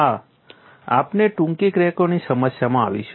હા આપણે ટૂંકી ક્રેકોની સમસ્યામાં આવીશું